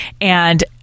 And-